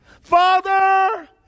Father